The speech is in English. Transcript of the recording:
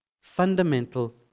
fundamental